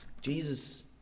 Jesus